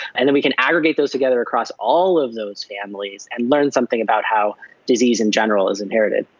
and then we can aggregate those together across all of those families and learn something about how disease in general is inherited.